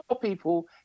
people